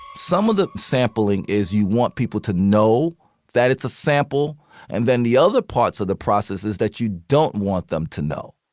some of the sampling is you want people to know that it's a sample and then the other parts of the processes that you don't want them to know.